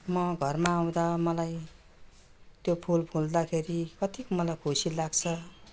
म घरमा आउँदा मलाई त्यो फुल फुल्दाखेरि कति मलाई खुसी लाग्छ